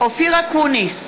אופיר אקוניס,